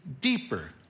deeper